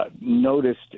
noticed